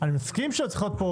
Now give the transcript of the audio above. אני מסכים שלא צריך להיות פה: